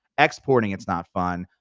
exporting it's not fun,